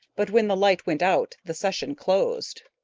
but when the light went out the session closed.